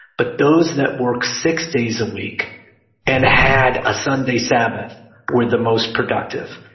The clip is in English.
but those that worked six days a week and had a sunday sabbath were the most productive.